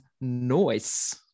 noise